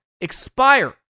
expire